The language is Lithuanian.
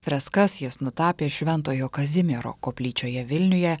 freskas jis nutapė šventojo kazimiero koplyčioje vilniuje